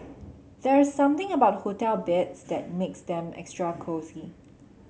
there's something about hotel beds that makes them extra cosy